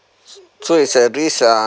so it's at risk um